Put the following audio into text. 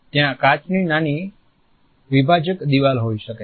ત્યાં કાચની નાની વીભાજક દીવાલ હોય શકે છે